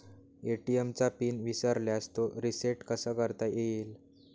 ATM चा PIN विसरल्यास तो रिसेट कसा करता येईल?